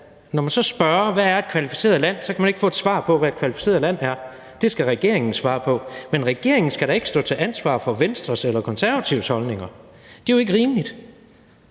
Når man så spørger, hvad et kvalificeret land er, så kan man ikke få et svar på, hvad et kvalificeret land er. Det skal regeringen svare på, men regeringen skal da ikke stå til ansvar for Venstres eller Konservatives holdninger. Det er jo ikke rimeligt.